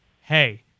hey